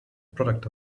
product